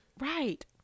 Right